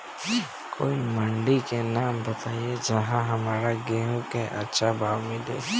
कोई मंडी के नाम बताई जहां हमरा गेहूं के अच्छा भाव मिले?